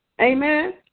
Amen